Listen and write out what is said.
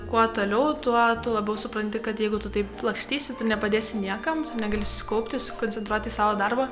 kuo toliau tuo tu labiau supranti kad jeigu tu taip lakstysi tu nepadėsi niekam tu negali susikaupti susikoncentruot į savo darbą